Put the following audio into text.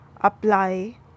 Apply